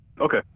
Okay